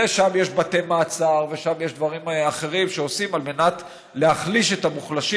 ושם יש בתי מעצר ושם יש דברים אחרים שעושים על מנת להחליש את המוחלשים,